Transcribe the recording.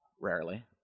rarely